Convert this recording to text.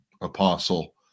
apostle